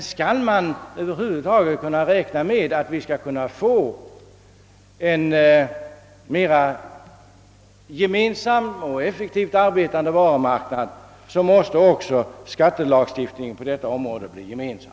Men skall man över huvud taget räkna med att de nordiska länderna skall få en gemensam och mer effektivt arbetande varumarknad måste också skattelagstiftningen på detta område bli gemensam.